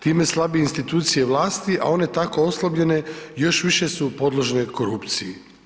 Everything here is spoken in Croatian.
Time slabi institucije vlasti, a one tako oslabljene još više su podložne korupciji.